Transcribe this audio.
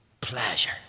pleasure